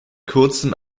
kurzen